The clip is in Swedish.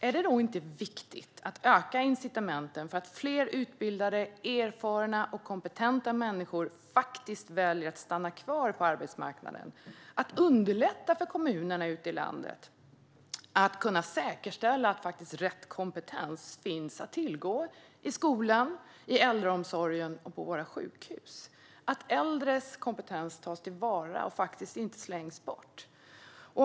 Är det då inte viktigt att öka incitamenten för att få fler utbildade, erfarna och kompetenta människor att välja att stanna kvar på arbetsmarknaden för att underlätta för kommunerna ute i landet att säkerställa att rätt kompetens finns att tillgå i skolan, i äldreomsorgen och på våra sjukhus? Äldres kompetens bör tas till vara och inte slängas bort.